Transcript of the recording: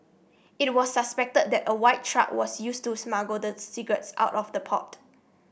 it was suspected that a white truck was used to smuggle the cigarettes out of the port